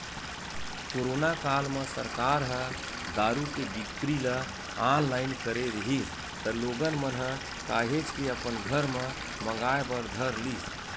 corona काल म सरकार ह दारू के बिक्री ल ऑनलाइन करे रिहिस त लोगन मन ह काहेच के अपन घर म मंगाय बर धर लिस